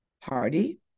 party